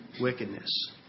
wickedness